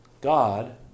God